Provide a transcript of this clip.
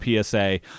PSA